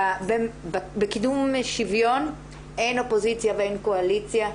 בקידום שוויון אין אופוזיציה ואין קואליציה,